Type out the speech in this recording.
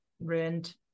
Ruined